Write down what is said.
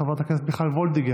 חברת הכנסת קרן ברק,